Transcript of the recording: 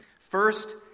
First